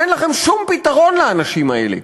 אין לכם שום פתרון לאנשים האלה.